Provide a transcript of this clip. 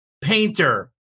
painter